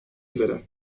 üzere